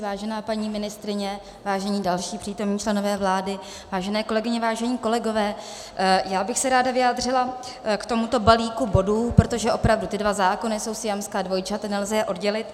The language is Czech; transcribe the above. Vážená paní ministryně, vážení další přítomní členové vlády, vážené kolegyně, vážení kolegové, já bych se ráda vyjádřila k tomuto balíku bodů, protože opravdu ty dva zákony jsou siamská dvojčata, nelze je oddělit.